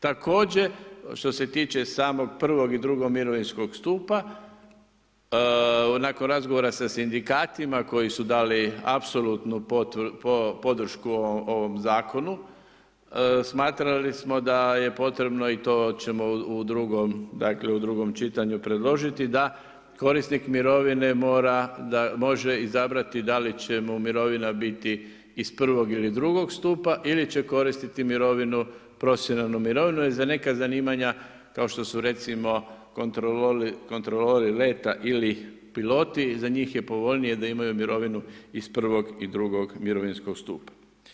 Također, što se tiče samog prvog i drugog mirovinskog stupa, nakon razgovora sa sindikatima, koji su dali apsolutnu podršku ovom zakonu, smatrali smo da je potrebno i to ćemo u drugom čitanju predložiti da korisnik mirovine može izabrati da li će mu mirovina biti iz prvog ili drugog stupa ili će koristit mirovinu, profesionalnu mirovinu, jer za neka zanimanja, kao što su kontrolori leta ili piloti, za njih je povoljnije da imaju mirovinu iz prvog i drugog mirovinskog stupa.